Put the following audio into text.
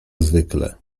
zwykle